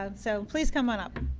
um so, please come on up.